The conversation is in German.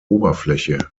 oberfläche